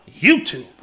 YouTube